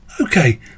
Okay